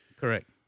correct